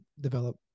develop